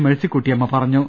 മേഴ്സിക്കുട്ടിയമ്മ പറഞ്ഞു